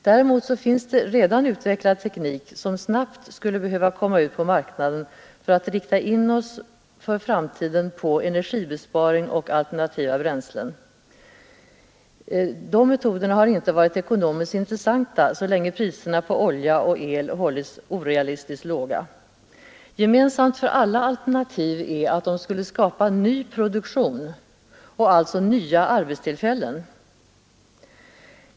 Däremot finns det redan utvecklad teknik, som snabbt skulle behöva komma ut på marknaden för att rikta in oss för framtiden på energibesparing och alternativa bränslen. De metoderna har inte varit ekonomiskt intressanta så länge priserna på olja och elektricitet har hållits orealistiskt låga. Gemensamt för alla alternativ är att de skulle skapa ny produktion och alltså nya arbetstillfällen.